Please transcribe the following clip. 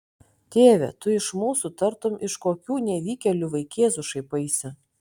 tėve tu iš mūsų tartum iš kokių nevykėlių vaikėzų šaipaisi